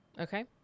Okay